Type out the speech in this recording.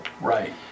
Right